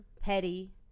petty